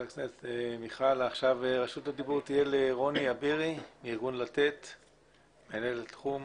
רשות הדיבור לרוני אבירי, מנהלת תחום